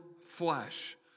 flesh